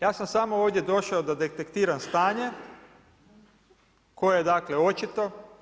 Ja sam samo ovdje došao da detektiram stanje, koje je dakle, očito.